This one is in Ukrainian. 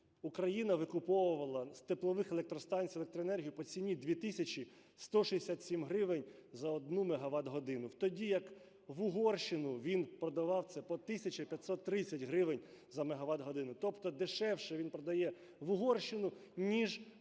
Україна викуповувала з теплових електростанцій електроенергію по ціні 2 тисячі 167 гривень за одну мегават-годину. Тоді, як в Угорщину він продавав це по тисячі 530 гривень за мегават-годину. Тобто дешевше він продає в Угорщину, ніж ми як